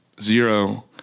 zero